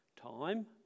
time